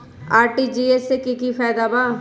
RTGS से की की फायदा बा?